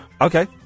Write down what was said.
Okay